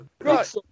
Right